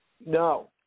No